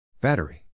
Battery